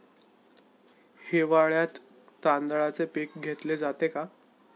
हिवाळ्यात तांदळाचे पीक घेतले जाते का?